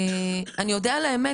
אני אודה על האמת,